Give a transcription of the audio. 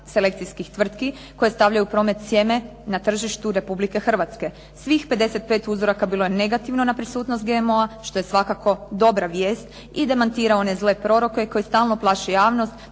selekcijskih tvrtki koje stavljaju u promet sjeme na tržištu Republike Hrvatske. Svih 55 uzoraka bilo je negativno na prisutnost GMO-a što je svakako dobra vijest, i demantira one zle proroke koji stalno plaše javnost